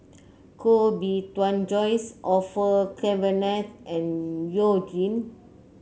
Koh Bee Tuan Joyce Orfeur Cavenagh and You Jin